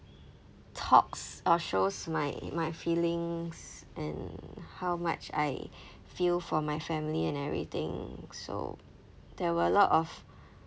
talks or shows my my feelings and how much I feel for my family and everything so there were lot of